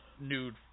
nude